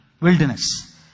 wilderness